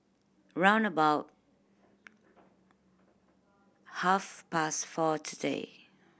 round about half past four today